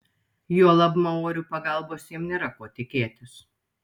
juolab maorių pagalbos jam nėra ko tikėtis